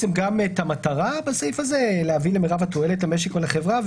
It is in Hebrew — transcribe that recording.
המטרה להביא את מרב התועלת למשק ולחברה,